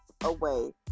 away